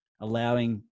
allowing